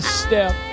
step